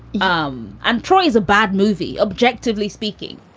um and troy is a bad movie. objectively speaking,